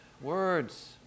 words